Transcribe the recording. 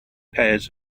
pairs